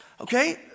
Okay